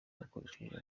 yagukoresheje